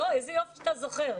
איזה יופי שאתה זוכר.